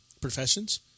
professions